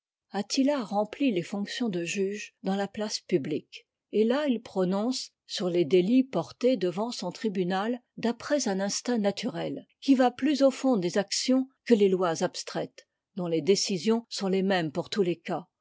remplit les fonctions de juge dans la place publique et là il prononce sur les délits portés devant son tribunal d'après un instinct nature qui va plus au fond des actions que les lois abstraites dont les décisions sont les mêmes pour tous les cas